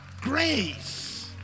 Grace